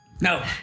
No